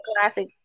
classic